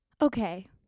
Okay